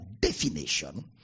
definition